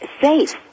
safe